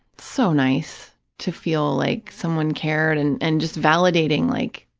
so nice to feel like someone cared and and just validating like,